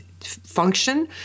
Function